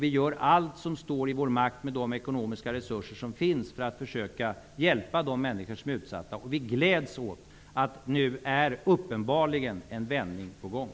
Vi gör allt som står i vår makt med de ekonomiska resurser som finns att försöka hjälpa de människor som är utsatta. Vi gläds åt att det nu uppenbarligen är en vändning på gång.